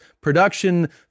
production